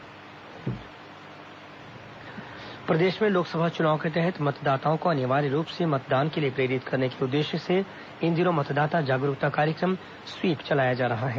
मतदाता जागरूकता कार्यक्रम प्रदेश में लोकसभा चुनाव के तहत मतदाताओं को अनिवार्य रूप से मतदान के लिए प्रेरित करने के उद्देश्य से इन दिनों मतदाता जागरूकता अभियान स्वीप चलाया जा रहा है